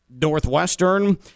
Northwestern